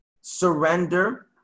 surrender